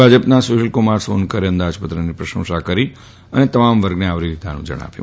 ભાજપના સુશીલકુમાર સોનકરે અંદાજપત્રની પ્રશંસા કરી અને તમામ વર્ગને આવરી લીધાનું જણાવ્યું